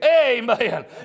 Amen